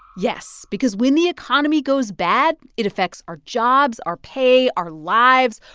yes, because when the economy goes bad, it affects our jobs, our pay, our lives,